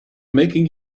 making